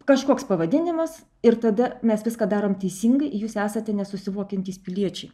kažkoks pavadinimas ir tada mes viską darom teisingai jūs esate nesusivokiantys piliečiai